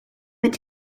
mit